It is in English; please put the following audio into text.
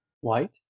White